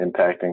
impacting